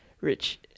rich